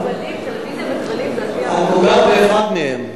את נוגעת באחד מהם.